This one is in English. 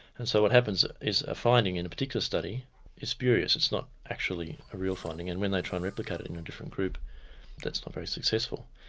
and so what happens is a finding in a particular study is spurious, it's not actually a real finding, and when they try and replicate it in a different group that's not very successful.